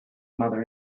mother